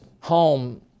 home